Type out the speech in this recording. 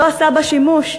לא עשה בה שימוש?